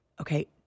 Okay